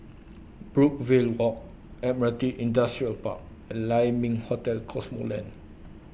Brookvale Walk Admiralty Industrial Park and Lai Ming Hotel Cosmoland